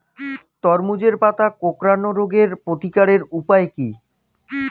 তরমুজের পাতা কোঁকড়ানো রোগের প্রতিকারের উপায় কী?